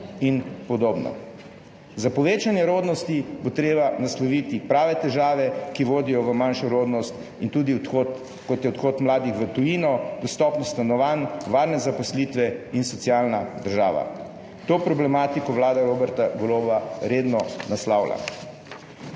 in podobno. Za povečanje rodnosti bo treba nasloviti prave težave, ki vodijo v manjšo rodnost, kot so odhod mladih v tujino, dostopnost stanovanj, varne zaposlitve in socialna država. To problematiko vlada Roberta Goloba redno naslavlja.